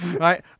right